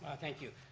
thank you,